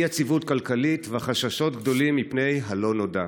אי-יציבות כלכלית וחששות גדולים מפני הלא-נודע.